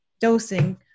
dosing